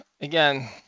again